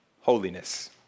holiness